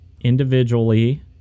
individually